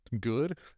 good